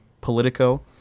Politico